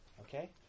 Okay